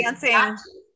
dancing